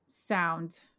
sound